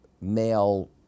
male